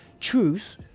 truth